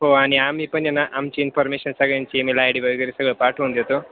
हो आणि आम्ही पण आहे ना आमची इन्फर्मेशन सगळ्यांची इमेल आय डी वगैरे सगळं पाठवून देतो